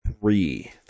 three